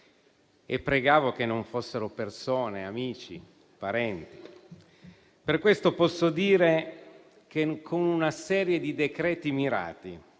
e pregavo che non fossero persone, amici, parenti. Per questo posso dire che con una serie di decreti mirati